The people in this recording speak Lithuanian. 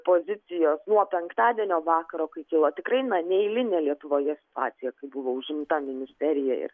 pozicijos nuo penktadienio vakaro kai kilo tikrai na neeilinė lietuvoje situacija kai buvau užimta ministerija